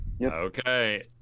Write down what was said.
Okay